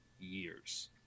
years